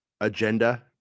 agenda